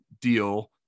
deal